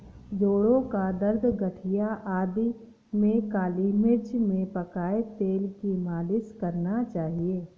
जोड़ों का दर्द, गठिया आदि में काली मिर्च में पकाए तेल की मालिश करना चाहिए